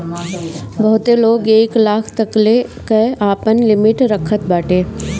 बहुते लोग एक लाख तकले कअ आपन लिमिट रखत बाटे